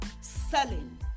selling